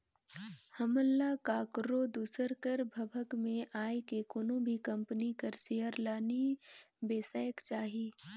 हमन ल काकरो दूसर कर भभक में आए के कोनो भी कंपनी कर सेयर ल नी बेसाएक चाही